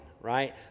right